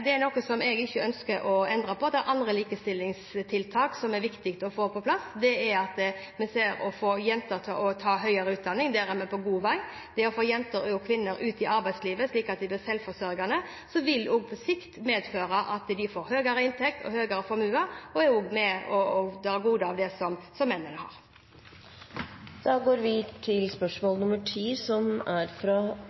andre likestillingstiltak som er viktig å få på plass, og det er å få jenter til å ta høyere utdanning. Der er vi på god vei. Å få jenter og kvinner ut i arbeidslivet, slik at de blir selvforsørgende, vil på sikt medføre at de får høyere inntekt og høyere formue, og medføre at de får de goder som menn har. Dette spørsmålet, fra representanten Heikki Eidsvoll Holmås til barne-, likestillings- og inkluderingsministeren, vil bli tatt opp av representanten Ingunn Gjerstad. «370 000 mennesker jobber i varehandelen i dag, hvorav flertallet er